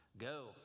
go